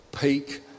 peak